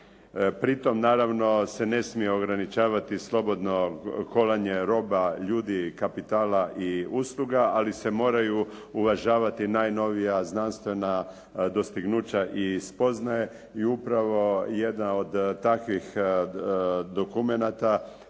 Pri tom naravno se ne smije ograničavati slobodno kolanje roba, ljudi, kapitala i usluga, ali se moraju uvažavati najnovija znanstvena dostignuća i spoznaje i upravo jedna od takvih dokumenata